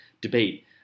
debate